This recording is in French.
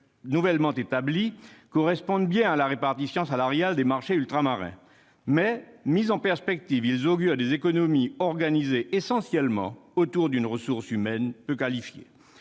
nouvellement établis correspondent bien à la répartition salariale des marchés ultramarins. Toutefois, mis en perspective, ils augurent des économies organisées essentiellement autour d'une ressource humaine peu qualifiée.